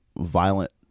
violent